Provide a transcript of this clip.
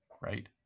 right